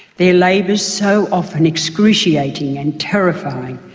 their labours, so often, excruciating and terrifying.